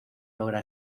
logra